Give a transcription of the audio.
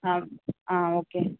ஆ ஆ ஓகே